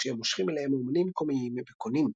כשהם מושכים אליהם אמנים מקומיים וקונים.